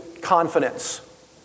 confidence